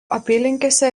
apylinkėse